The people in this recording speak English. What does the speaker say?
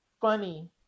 funny